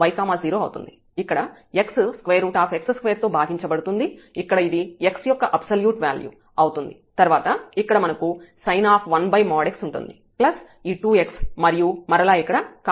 y 0 అవుతుంది ఇక్కడ x x2 తో భాగించబడుతుంది ఇక్కడ ఇది x యొక్క అబ్జల్యూట్ వ్యాల్యూ అవుతుంది తర్వాత ఇక్కడ మనకు sin 1x ఉంటుంది ప్లస్ ఈ 2x మరియు మరలా ఇక్కడ cos 1x ఉంటుంది